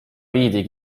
viidi